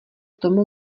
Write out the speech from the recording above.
tomu